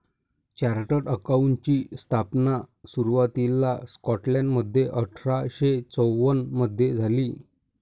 chartered अकाउंटंटची स्थापना सुरुवातीला स्कॉटलंडमध्ये अठरा शे चौवन मधे झाली